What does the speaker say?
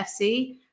FC